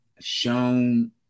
shown